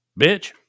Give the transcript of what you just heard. bitch